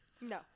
No